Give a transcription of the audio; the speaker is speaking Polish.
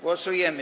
Głosujemy.